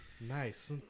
Nice